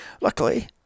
Luckily